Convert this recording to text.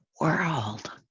world